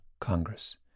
Congress